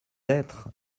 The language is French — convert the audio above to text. être